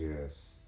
yes